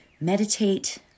meditate